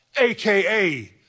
AKA